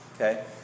Okay